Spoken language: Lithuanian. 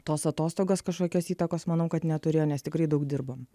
tos atostogos kažkokios įtakos manau kad neturėjo nes tikrai daug dirbom